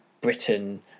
Britain